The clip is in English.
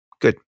good